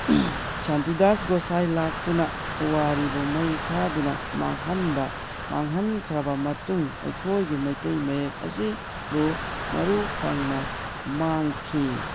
ꯁꯥꯟꯇꯤꯗꯥꯁ ꯒꯣꯁꯥꯏ ꯂꯥꯛꯇꯨꯅ ꯄꯨꯋꯥꯔꯤꯕꯨ ꯃꯩ ꯊꯥꯗꯨꯅ ꯃꯥꯡꯍꯟꯕ ꯃꯥꯝꯍꯟꯈ꯭ꯔꯕ ꯃꯇꯨꯡ ꯑꯩꯈꯣꯏꯒꯤ ꯃꯇꯩ ꯃꯌꯦꯛ ꯑꯁꯤꯕꯨ ꯃꯔꯨ ꯐꯪꯅ ꯃꯥꯡꯈꯤ